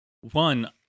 One